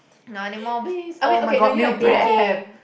not anymore please [oh]-my-god meal prep